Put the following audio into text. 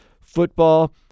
football